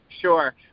Sure